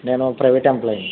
నేను ప్రైవేట్ ఎంప్లాయిని